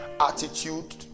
attitude